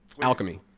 alchemy